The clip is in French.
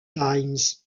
times